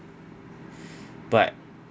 but